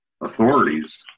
authorities